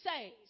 says